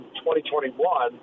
2021